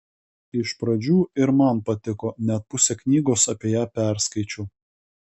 iš pradžių ir man patiko net pusę knygos apie ją perskaičiau